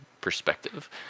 perspective